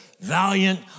valiant